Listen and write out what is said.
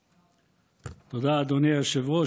תודה, אדוני היושב-ראש.